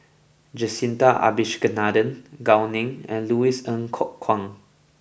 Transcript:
Jacintha Abisheganaden Gao Ning and Louis Ng Kok Kwang